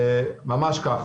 ממש כך.